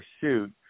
pursuit